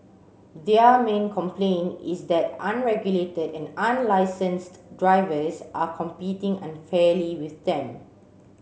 their main complaint is that unregulated and unlicensed drivers are competing unfairly with them